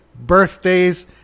birthdays